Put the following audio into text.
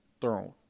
throne